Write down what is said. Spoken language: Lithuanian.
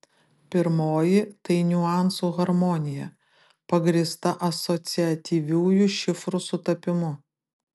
pirmoji tai niuansų harmonija pagrįsta asociatyviųjų šifrų sutapimu